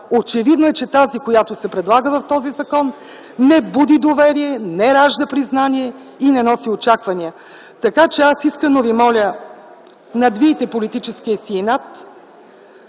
Очевидно е, че тази, която се предлага в този закон, не буди доверие, не ражда признание и не носи очаквания. Така че аз искрено ви моля, надвийте политическия си инат,